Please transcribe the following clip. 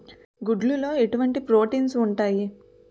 గుడ్లు లో ఎటువంటి ప్రోటీన్స్ ఉంటాయి?